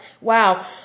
Wow